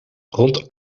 rond